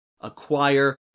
acquire